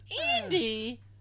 Andy